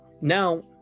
now